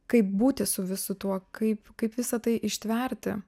kaip būti su visu tuo kaip kaip visa tai ištverti